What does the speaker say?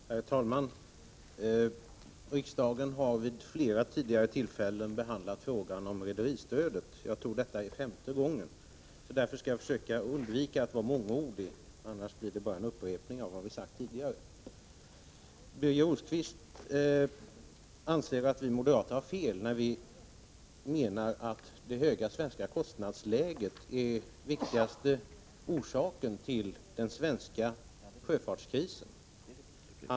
Herr talman! Riksdagen har vid flera tidigare tillfällen behandlat frågan om rederistödet. Jag tror detta är femte gången. Därför skall jag försöka undvika att bli mångordig. Annars blir det bara en upprepning av vad vi sagt tidigare. Birger Rosqvist anser att vi moderater har fel, när vi menar att det höga svenska kostnadsläget är den viktigaste orsaken till den svenska sjöfartskrisen.